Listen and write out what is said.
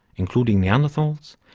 including neanderthals,